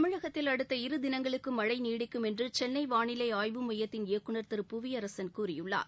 தமிழகத்தில் அடுத்த இருதினங்களுக்கு மழை நீடிக்கும் என்று சென்னை வாளிலை ஆய்வு மையத்தின் இயக்குநர் திரு புவியரசன் கூறியுள்ளார்